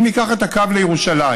אם ניקח את הקו לירושלים,